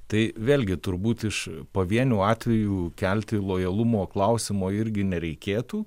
tai vėlgi turbūt iš pavienių atvejų kelti lojalumo klausimo irgi nereikėtų